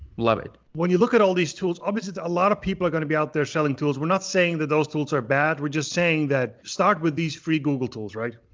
love it. when you look at all these tools, obviously a lot of people are gonna be out there selling tools. we're not saying that those tools are bad, we're just saying that start with these free google tools, right?